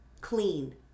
clean